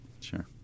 sure